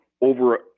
over